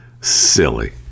silly